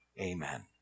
Amen